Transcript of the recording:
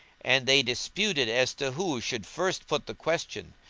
and they disputed as to who should first put the question,